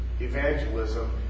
evangelism